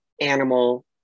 animal